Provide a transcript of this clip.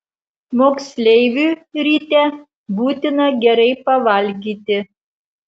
moksleiviui ryte būtina gerai pavalgyti